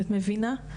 את מבינה?